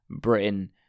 Britain